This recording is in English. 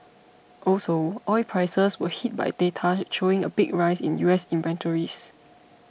also oil prices were hit by data showing a big rise in U S inventories